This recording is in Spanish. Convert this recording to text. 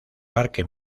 parque